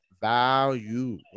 value